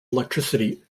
electricity